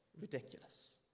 ridiculous